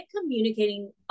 communicating